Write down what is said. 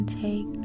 Take